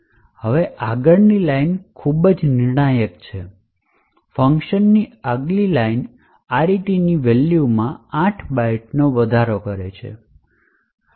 હવે આગળની લાઇન ખૂબ નિર્ણાયક છે ફંકશનની આગલી લાઇન RETની વેલ્યુમાં 8 બાઇટ્સ વધારો કરે છે